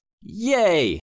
Yay